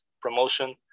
promotion